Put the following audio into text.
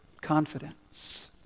confidence